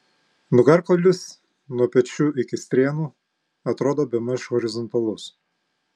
nugarkaulis nuo pečių iki strėnų atrodo bemaž horizontalus